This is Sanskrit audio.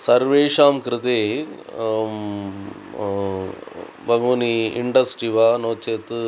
सर्वेषां कृते बहूनि इन्डस्टि वा नो चेत्